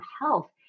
health